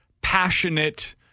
passionate